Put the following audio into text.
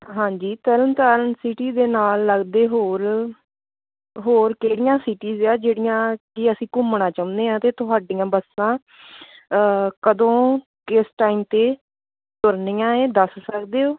ਹਾਂਜੀ ਤਰਨ ਤਾਰਨ ਸਿਟੀ ਦੇ ਨਾਲ ਲੱਗਦੇ ਹੋਰ ਹੋਰ ਕਿਹੜੀਆਂ ਸੀਟੀਜ ਆ ਜਿਹੜੀਆਂ ਕਿ ਅਸੀਂ ਘੁੰਮਣਾ ਚਾਹੁੰਦੇ ਹਾਂ ਅਤੇ ਤੁਹਾਡੀਆਂ ਬੱਸਾਂ ਕਦੋਂ ਕਿਸ ਟਾਈਮ 'ਤੇ ਤੁਰਨੀਆਂ ਹੈ ਦੱਸ ਸਕਦੇ ਹੋ